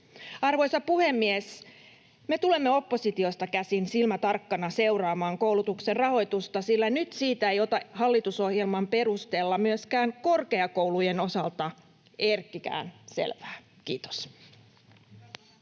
Arvoisa puhemies! Me tulemme oppositiosta käsin silmä tarkkana seuraamaan koulutuksen rahoitusta, sillä nyt siitä ei ota hallitusohjelman perusteella myöskään korkeakoulujen osalta erkkikään selvää. — Kiitos.